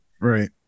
right